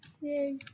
Yay